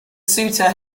ceuta